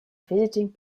visiting